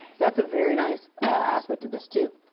that's a very nice aspect of this too.